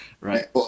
Right